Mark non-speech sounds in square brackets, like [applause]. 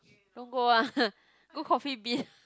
don't go ah [laughs] go coffee-bean